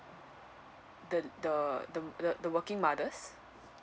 the the the the the working mothers